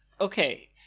Okay